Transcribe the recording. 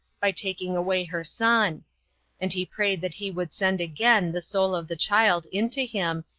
by taking away her son and he prayed that he would send again the soul of the child into him,